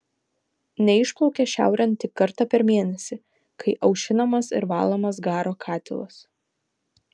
neišplaukia šiaurėn tik kartą per mėnesį kai aušinamas ir valomas garo katilas